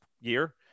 year